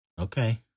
Okay